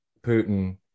Putin